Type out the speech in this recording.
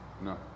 No